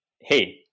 hey